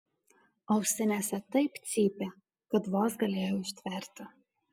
ausinėse taip cypė kad vos galėjau ištverti